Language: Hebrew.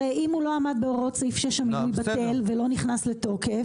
הרי אם הוא לא עמד בהוראות סעיף 6 הוא בטל ולא נכנס לתוקף,